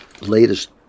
latest